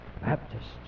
Baptist